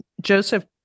Joseph